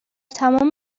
تمام